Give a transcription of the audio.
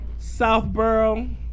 Southboro